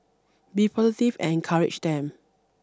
be positive and encourage them